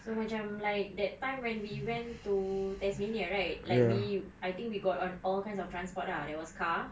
so macam like that time when we went to tasmania right like we'd I think we got on all kinds of transport ah there was car